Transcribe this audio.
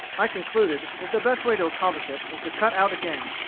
i concluded that the best way to accomplish it was to cut out again,